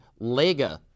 Lega